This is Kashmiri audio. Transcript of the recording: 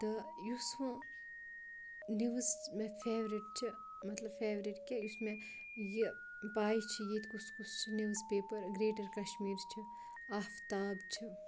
تہٕ یُس وٕ نِوٕز مےٚ فیورِٹ چھِ مطلب فیورِٹ کہِ یُس مےٚ یہِ پاے چھِ ییٚتہِ کُس کُس نِوٕز پیپَر گرٛیٹَر کَشمیٖر چھِ آفتاب چھِ